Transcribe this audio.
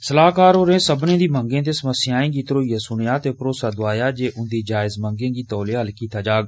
सलाहकार होरें सब्बनें दिए मंगें ते समस्याएं गी ध्यानै नै सुनेआ ते भरोसा दोआया जे उंदी जायज मंगें गी तोले हल्ल कीता जाग